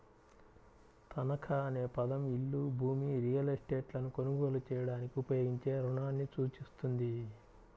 తనఖా అనే పదం ఇల్లు, భూమి, రియల్ ఎస్టేట్లను కొనుగోలు చేయడానికి ఉపయోగించే రుణాన్ని సూచిస్తుంది